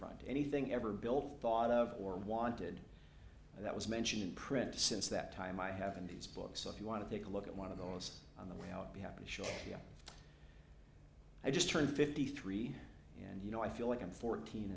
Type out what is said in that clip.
front anything ever built thought of or wanted that was mentioned in print since that time i haven't these books so if you want to take a look at one of those on the way i would be happy to show i just turned fifty three and you know i feel like i'm fourteen